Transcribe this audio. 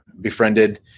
befriended